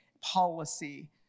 policy